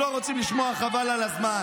אם לא רוצים לשמוע, חבל על הזמן.